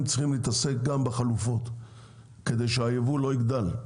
צריכים להתעסק גם בחלופות כדי שה הייבוא לא יגדל,